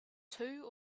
two